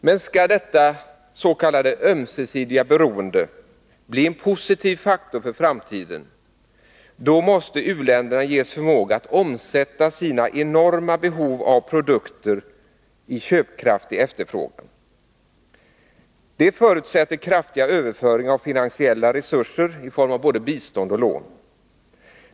Men skall detta s.k. ömsesidiga beroende bli en positiv faktor för framtiden, måste u-länderna ges förmåga att omsätta sina enorma behov av produkter i köpkraftig efterfrågan. Det förutsätter kraftiga överföringar av finansiella resurser i form av både bistånd och lån.